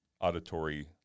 auditory